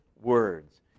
words